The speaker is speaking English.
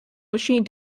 machine